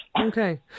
Okay